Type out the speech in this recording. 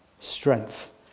strength